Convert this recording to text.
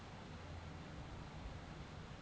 আমাদের দ্যাশে বম্বেকে ফিলালসিয়াল ক্যাপিটাল বা শহর ব্যলে